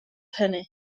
hynny